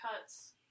cuts